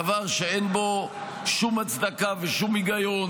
דבר שאין בו שום הצדקה ושום היגיון,